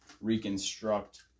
reconstruct